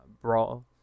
Brawl